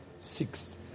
six